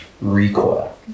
recoil